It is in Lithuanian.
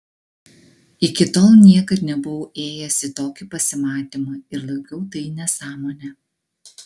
iki tol niekad nebuvau ėjęs į tokį pasimatymą ir laikiau tai nesąmone